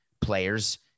players